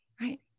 right